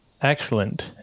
excellent